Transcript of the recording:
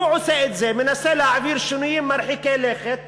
הוא עושה את זה מנסה להעביר שינויים מרחיקי לכת